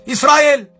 Israel